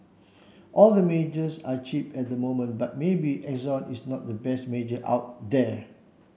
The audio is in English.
all the majors are cheap at the moment but maybe Exxon is not the best major out there